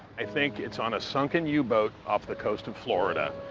i think it's on a sunken u-boat off the coast of florida.